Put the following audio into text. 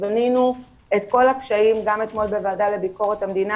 מנינו את כול הקשיים גם אתמול בוועדה לביקורת המדינה